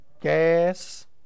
gas